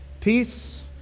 Peace